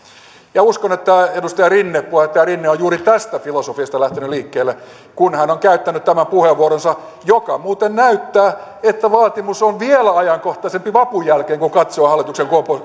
uskon että edustaja rinne puheenjohtaja rinne on juuri tästä filosofiasta lähtenyt liikkeelle kun hän on käyttänyt sen puheenvuoronsa ja muuten näyttää että vaatimus on vielä ajankohtaisempi vapun jälkeen kun katsoo hallituksen